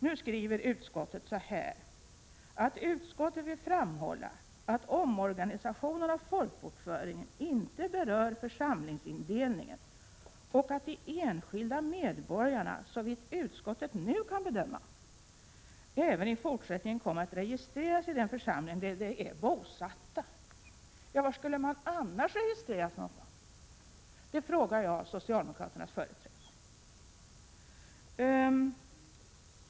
Nu skriver emellertid utskottet på följande sätt: ”———- vill utskottet framhålla att omorganisationen av folkbokföringen inte berör församlingsindelningen och att de enskilda medborgarna såvitt utskottet nu kan bedöma även i fortsättningen kommer att registreras i den församling där de är bosatta.” Var skulle man annars registreras någonstans? Det frågar jag socialdemokraternas företrädare.